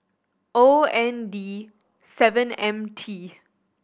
O N D seven M T